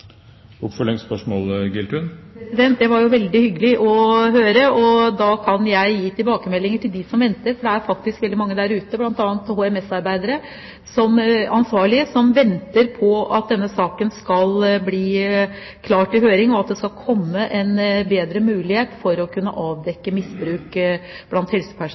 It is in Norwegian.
Det var jo veldig hyggelig å høre. Da kan jeg gi tilbakemeldinger til dem som venter, for det er faktisk veldig mange ansvarlige der ute, bl.a. HMS-arbeidere, som venter på at denne saken skal bli klar til høring, og at det skal komme en bedre mulighet for å kunne avdekke misbruk blant